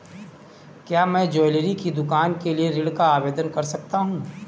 क्या मैं ज्वैलरी की दुकान के लिए ऋण का आवेदन कर सकता हूँ?